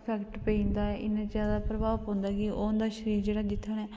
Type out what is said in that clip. effect पेई जंदा इन्नी ज्यादा प्रभाव पौंदा कि ओह् उं'दा शरीर जेह्ड़ा जित्थै उनें